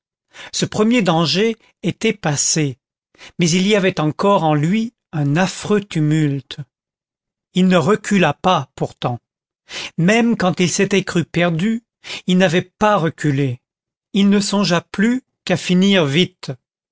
ce premier danger était passé mais il y avait encore en lui un affreux tumulte il ne recula pas pourtant même quand il s'était cru perdu il n'avait pas reculé il ne songea plus qu'à finir vite